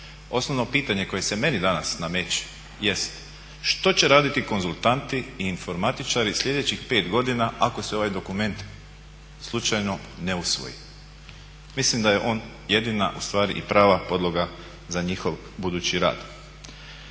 Osnovno pitanje koje se meni danas nameće jest što će raditi konzultanti i informatičari sljedećih 5 godina ako se ovaj dokument slučajno ne usvoji. Mislim da je on jedina ustvari i prava podloga za njihov budući rad.